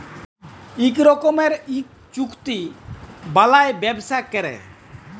ইক রকমের ইক চুক্তি বালায় ব্যবসা ক্যরে